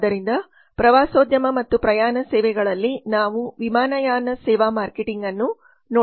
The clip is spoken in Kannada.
ಆದ್ದರಿಂದ ಪ್ರವಾಸೋದ್ಯಮ ಮತ್ತು ಪ್ರಯಾಣ ಸೇವೆಗಳಲ್ಲಿ ನಾವು ವಿಮಾನಯಾನ ಸೇವಾ ಮಾರ್ಕೆಟಿಂಗ್ ಅನ್ನು ನೋಡಲಿದ್ದೇವೆ